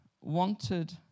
wanted